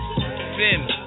Sin